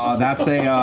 that's a